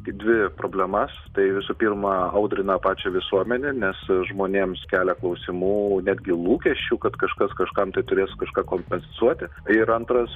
dvi problemas tai visų pirma audrina pačią visuomenę nes žmonėms kelia klausimų netgi lūkesčių kad kažkas kažkam tai turės kažką kompensuoti ir antras